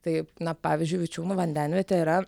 tai na pavyzdžiui vičiūnų vandenvietė yra